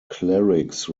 clerics